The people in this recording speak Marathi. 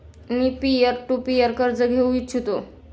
मी पीअर टू पीअर कर्ज घेऊ इच्छितो